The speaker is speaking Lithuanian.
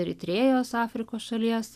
eritrėjos afrikos šalies